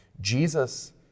Jesus